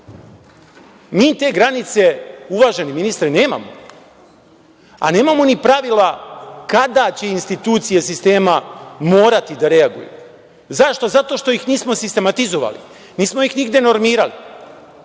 Mi te granice, uvaženi ministre, nemamo, a nemamo ni pravila kada će institucije sistema morati da reaguju. Zašto? Zato što ih nismo sistematizovali, nismo ih nigde normirali. Postavlja